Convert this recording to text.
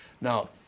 Now